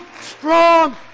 strong